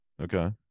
Okay